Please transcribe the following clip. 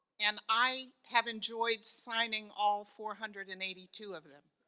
and i have enjoyed signing all four hundred and eighty two of them.